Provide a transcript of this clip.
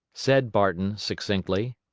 said barton, succinctly.